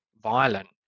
violent